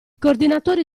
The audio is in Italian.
coordinatori